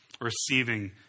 receiving